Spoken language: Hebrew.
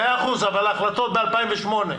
מאה אחוז, אבל ההחלטות ב-2008.